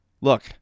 look